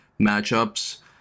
matchups